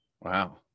Wow